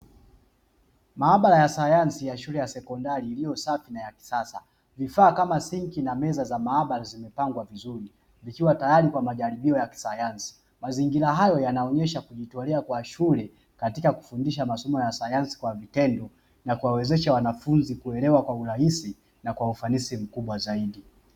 Maabara ya sayansi ya shule ya sekondari iliyo safi na ya kisasa, vifaa kama sinki na meza za mahabara zimepangwa vizuri; vikiwa tayari kwa majaribio ya kisayansi. Mazingira hayo yanaonyesha kujitolea kwa shule katika kufundisha masomo ya sayansi kwa vitendo, na kuwawezesha wanafunzi kuelewa kwa urahisi na kwa ufanisi mkubwa zaidi.